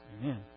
Amen